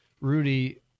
Rudy